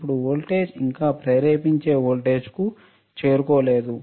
ఇప్పుడు వోల్టేజ్ ఇంకా ప్రేరేపించే వోల్టేజ్కు చేరుకోలేదు